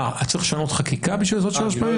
אז צריך לשנות חקיקה בשביל לעשות שלוש פעמים?